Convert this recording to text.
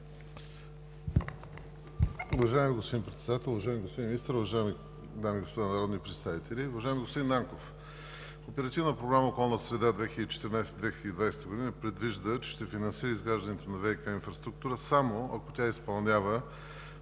Уважаеми господин Председател, уважаеми господин Министър, уважаеми дами и господа народни представители! Уважаеми господин Нанков! Оперативна програма „Околна среда 2014 – 2020“ предвижда, че ще финансира изграждането на ВиК инфраструктура само ако тя се изпълнява